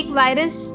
virus